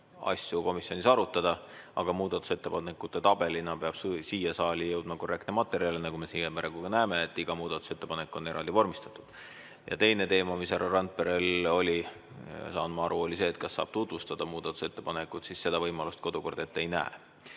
asju komisjonis arutada. Aga muudatusettepanekute tabelina peab saali jõudma korrektne materjal. Nagu me siin praegu ka näeme, iga muudatusettepanek on eraldi vormistatud. Teine teema, mis härra Randperel oli, saan ma aru, oli see, et kas saab tutvustada muudatusettepanekut. Seda võimalust kodukord ette ei näe.